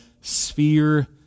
sphere